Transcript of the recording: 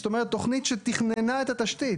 זאת אומרת תכנית שתכננה את התשתית.